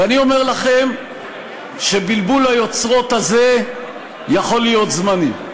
ואני אומר לכם שבלבול היוצרות הזה יכול להיות זמני.